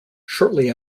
shortly